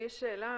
לי יש שאלה.